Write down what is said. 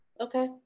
Okay